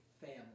family